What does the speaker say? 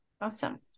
Awesome